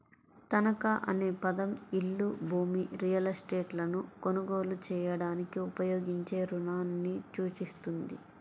తనఖా అనే పదం ఇల్లు, భూమి, రియల్ ఎస్టేట్లను కొనుగోలు చేయడానికి ఉపయోగించే రుణాన్ని సూచిస్తుంది